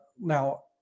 Now